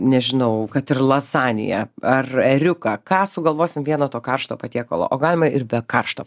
nežinau kad ir lazaniją ar ėriuką ką sugalvosim vieno to karšto patiekalo o galima ir be karšto